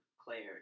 Claire